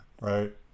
right